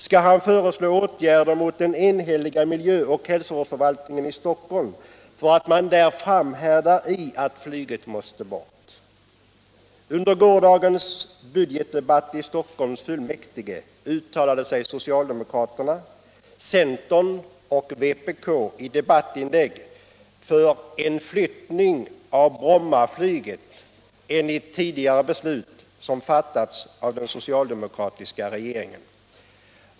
Skall han föreslå åtgärder mot Bibehållande av Bromma flygplats Bromma flygplats den enhälliga miljö och hälsovårdsförvaltningen i Stockholm för att man där framhärdar i att flyget måste bort?